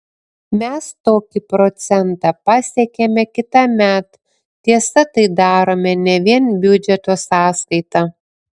mes tokį procentą pasiekiame kitąmet tiesa tai darome ne vien biudžeto sąskaita